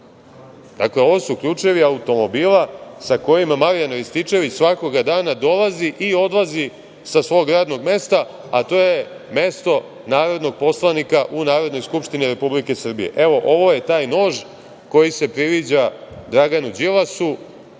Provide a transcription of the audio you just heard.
Dakle, ovo su ključevi automobila sa kojim Marijan Rističević svakog dana dolazi i odlazi sa svog radnog mesta, a to je mesto narodnog poslanika u Narodnoj skupštini Republike Srbije. Evo, ovo je taj nož koji se priviđa Draganu Đilasu,